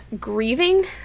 grieving